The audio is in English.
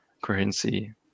currency